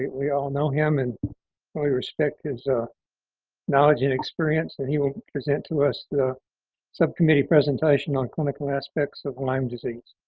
we all know him and we respect his ah knowledge and experience. and he will present to us the subcommittee presentation on clinical aspects of lyme disease.